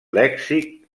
lèxic